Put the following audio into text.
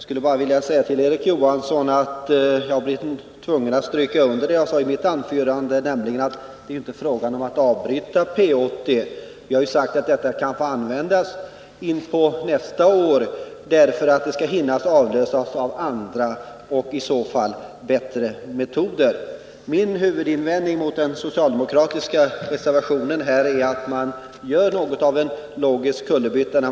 Herr talman! För Erik Johansson blir jag tvungen att stryka under det jag sade i mitt huvudanförande: Det är inte fråga om att avbryta P 80. Vi har sagt att det kan få användas in på nästa år för att vi skall hinna avlösa det av andra och bättre metoder. Min huvudinvändning mot den socialdemokratiska reservationen är att man gör en logisk kullerbytta.